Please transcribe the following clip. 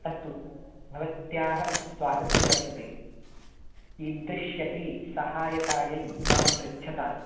अस्तु भवत्याः स्वागतं वर्तते कीदृश्यपि सहायतायै मां पृच्छतात्